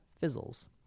fizzles